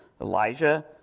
Elijah